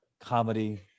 comedy